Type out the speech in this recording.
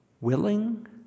willing